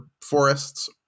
forests